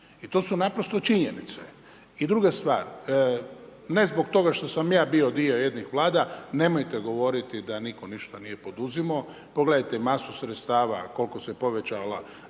I to su naprosto činjenice. I druga stvar, ne zbog toga što sam ja bio dio jednih vlada, nemojte govoriti da nitko ništa nije poduzimao, pogledajte masu sredstava koliko se povećala